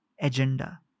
agenda